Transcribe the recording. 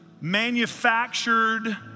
manufactured